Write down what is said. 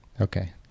Okay